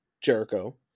Jericho